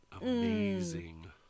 amazing